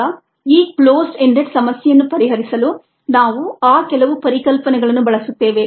ಈಗ ಈ closed ended ಸಮಸ್ಯೆಯನ್ನು ಪರಿಹರಿಸಲು ನಾವು ಆ ಕೆಲವು ಪರಿಕಲ್ಪನೆಗಳನ್ನು ಬಳಸುತ್ತೇವೆ